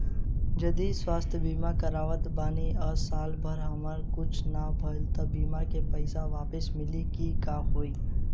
जदि स्वास्थ्य बीमा करावत बानी आ साल भर हमरा कुछ ना भइल त बीमा के पईसा वापस मिली की का होई?